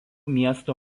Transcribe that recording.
miesto